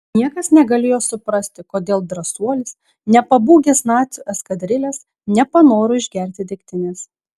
niekas negalėjo suprasti kodėl drąsuolis nepabūgęs nacių eskadrilės nepanoro išgerti degtinės